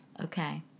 Okay